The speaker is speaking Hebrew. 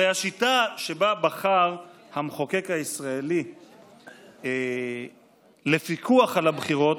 הרי השיטה שבה בחר המחוקק הישראלי לפיקוח על הבחירות